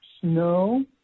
snow